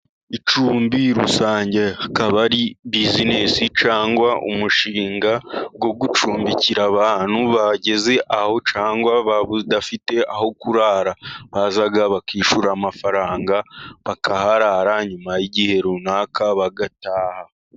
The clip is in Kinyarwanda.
Icumbi rusange, akaba ari businesi cyangwa umushinga wo gucumbikira abantu bageze aho cyangwa budafite aho kurara, baraza bakishyura amafaranga bakaharara, nyuma y'igihe runaka bagataha.